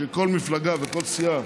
שכל מפלגה וכל סיעה,